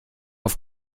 auf